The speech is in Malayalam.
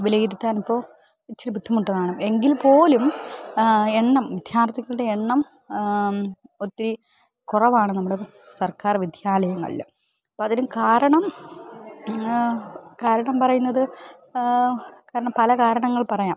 വിലയിരുത്താൻ ഇപ്പം ഇച്ചിരി ബുദ്ധിമുട്ട് അതാണ് എങ്കിൽ പോലും എണ്ണം വിദ്യാർത്ഥികളുടെ എണ്ണം ഒത്തിരി കുറവാണ് നമ്മുടെ സർക്കാർ വിദ്യാലയങ്ങളിൽ അപ്പം അതിന് കാരണം കാരണം പറയുന്നത് കാരണം പല കാരണങ്ങൾ പറയാം